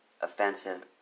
offensive